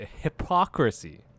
hypocrisy